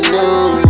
new